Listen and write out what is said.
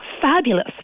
fabulous